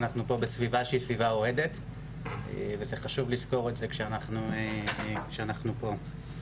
שאנחנו פה בסביבה שהיא סביבה אוהדת וזה חשוב לזכור את זה שאנחנו פה.